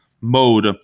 mode